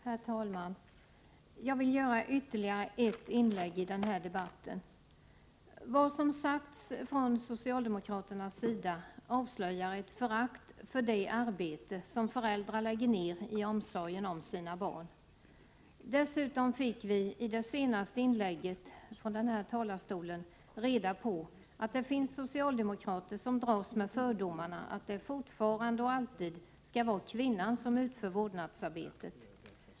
Herr talman! Jag vill göra ytterligare ett inlägg i den här debatten. Vad som sagts från socialdemokraternas sida avslöjar ett förakt för det arbete som föräldrar lägger ned i omsorgen om sina barn. Dessutom fick vi i det senaste inlägget från den här talarstolen reda på att det finns socialdemokrater som dras med fördomen att det fortfarande och alltid skall vara kvinnan som utför vårdnadsarbetet.